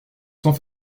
sans